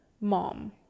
mom